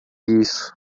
isso